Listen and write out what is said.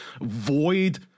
void